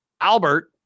Albert